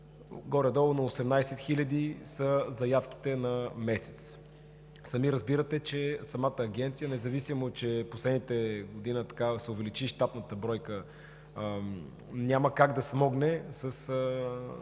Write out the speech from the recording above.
горе-долу около 18 хиляди са заявките за месец. Сами разбирате, че Агенцията, независимо че последната година се увеличи щатната ѝ бройка, няма как да смогне